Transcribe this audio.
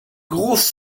grosse